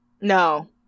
No